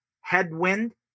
headwind